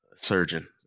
surgeon